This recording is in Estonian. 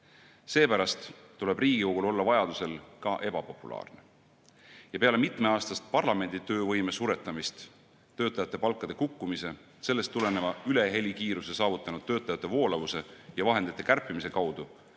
Seepärast tuleb Riigikogul olla vajadusel ka ebapopulaarne ja peale mitmeaastast parlamendi töövõime suretamist töötajate palkade kukkumise, sellest tuleneva ülehelikiiruse saavutanud töötajaskonna voolavuse ja vahendite kärpimise kaudu